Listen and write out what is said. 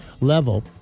level